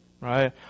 Right